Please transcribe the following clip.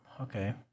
Okay